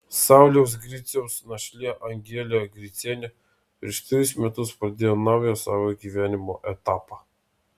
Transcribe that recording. sauliaus griciaus našlė angelė gricienė prieš trejus metus pradėjo naują savo gyvenimo etapą